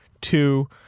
Two